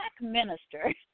minister